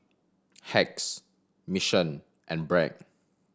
Hacks Mission and Bragg